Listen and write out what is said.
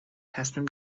تصمیم